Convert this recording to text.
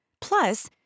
Plus